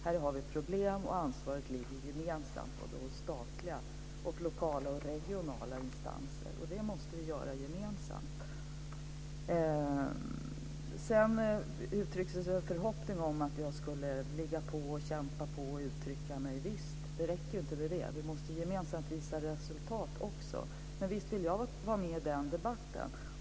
Här har vi problem, och ansvaret ligger gemensamt hos statliga, lokala och regionala instanser. De problemen måste vi lösa gemensamt. Det uttrycktes en förhoppning om att jag skulle ligga på, kämpa på och uttala mig. Visst, men det räcker inte med det. Vi måste också gemensamt visa resultat. Men visst vill jag vara med i den debatten.